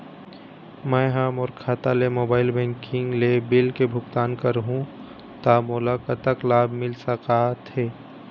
मैं हा मोर खाता ले मोबाइल बैंकिंग ले बिल के भुगतान करहूं ता मोला कतक लाभ मिल सका थे?